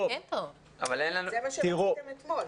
זה מה שרציתם אתמול.